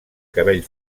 cabell